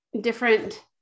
different